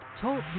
TALK